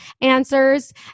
answers